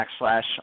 backslash